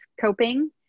coping